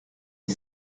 est